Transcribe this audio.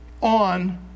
on